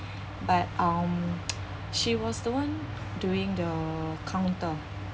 but um she was the one doing the counter